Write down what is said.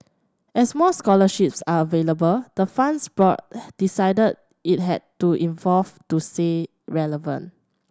as more scholarships are available the fund's board decided it had to evolve to stay relevant